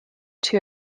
two